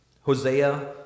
Hosea